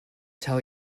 tell